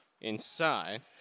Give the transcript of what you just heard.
inside